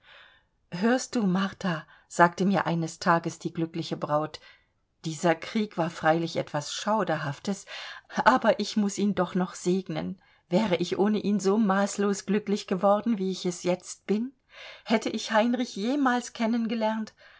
hörst du martha sagte mir eines tages die glückliche braut dieser krieg war freilich etwas schauderhaftes aber ich muß ihn doch noch segnen wäre ich ohne ihn so maßlos glücklich geworden wie ich es jetzt bin hätte ich heinrich jemals